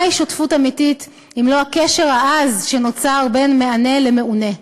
מהי שותפות אמיתית אם לא הקשר העז שנוצר בין מענה למעונה?